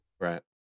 right